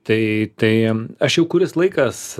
tai tai aš jau kuris laikas